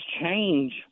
change